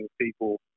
people